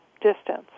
distance